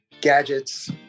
gadgets